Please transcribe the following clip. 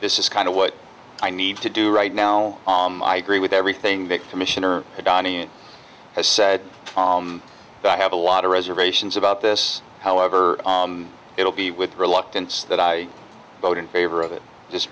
this is kind of what i need to do right now i agree with everything that commissioner dani has said that i have a lot of reservations about this however it will be with reluctance that i vote in favor of it just